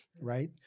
Right